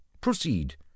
proceed